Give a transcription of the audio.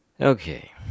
Okay